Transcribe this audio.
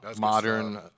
Modern